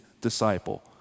disciple